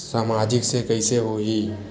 सामाजिक से कइसे होही?